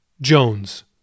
Jones